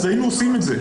היינו עושים את זה,